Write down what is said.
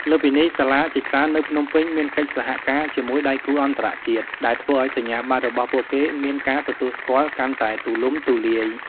លើសពីនេះ សាលាជាច្រើននៅភ្នំពេញមានកិច្ចសហការជាមួយដៃគូអន្តរជាតិ ដែលធ្វើឱ្យសញ្ញាបត្ររបស់ពួកគេមានការទទួលស្គាល់កាន់តែទូលំទូលាយ។